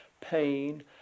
pain